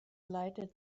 lighted